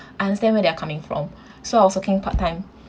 understand where they're coming from so I was working part time